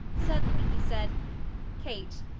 suddenly he said kate,